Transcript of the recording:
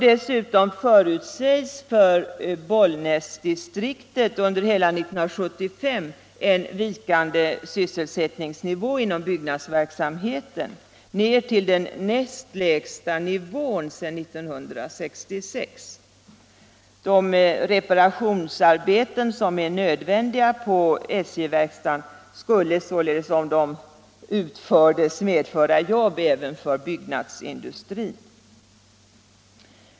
Dessutom förutses för Bollnäsdistriktet under hela 1975 en vikande sysselsättningsnivå inom byggnadsverksamheten ned till den näst lägsta nivån sedan 1966. De reparationsarbeten som är nödvändiga på SJ-verkstaden skulle således om de utfördes medföra jobb även för byggnadsindustrin.